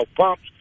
pumps